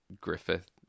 Griffith